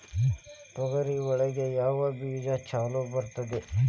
ತೊಗರಿ ಒಳಗ ಯಾವ ಬೇಜ ಛಲೋ ಬರ್ತದ?